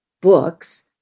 Books